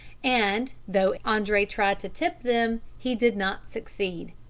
and, though andre tried to tip them, he did not succeed.